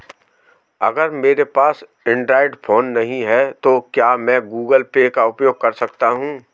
अगर मेरे पास एंड्रॉइड फोन नहीं है तो क्या मैं गूगल पे का उपयोग कर सकता हूं?